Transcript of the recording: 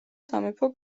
სამეფო